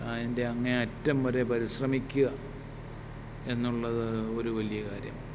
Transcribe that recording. ആ അതിൻ്റെ അങ്ങേ അറ്റം വരെ പരിശ്രമിക്കുക എന്നുള്ളത് ഒരു വലിയ കാര്യമാണ്